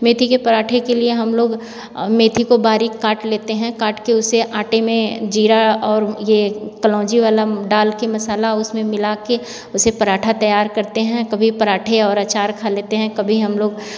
मेथी के पराठे के लिए हम लोग मेथी को बारीक काट लेते हैं काट के उसे आटे में जीरा और ये कलौंजी वाला डालके मसाला उसमें मिलाके उसे पराठा तैयार करते हैं कभी पराठे और अचार खा लेते हैं कभी हम लोग